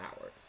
hours